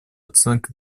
оценка